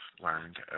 learned